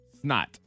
Snot